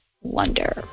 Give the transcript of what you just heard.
wonder